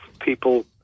people